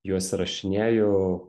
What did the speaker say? juos įrašinėju